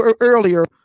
earlier